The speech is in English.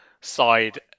side